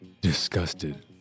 disgusted